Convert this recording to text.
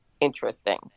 interesting